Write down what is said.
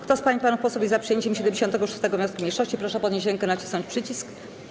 Kto z pań i panów posłów jest za przyjęciem 76. wniosku mniejszości, proszę podnieść rękę i nacisnąć przycisk.